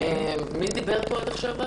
מי דיבר פה עד עכשיו?